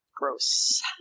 Gross